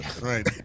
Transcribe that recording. Right